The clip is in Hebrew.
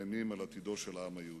המאיימים על עתידו של העם היהודי.